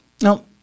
Now